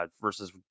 versus